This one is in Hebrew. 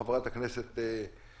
חברת הכנסת השכל,